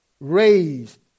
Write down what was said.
raised